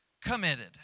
committed